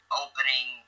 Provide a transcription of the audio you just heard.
opening